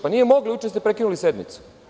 Pa nije mogla, juče ste prekinuli sednicu.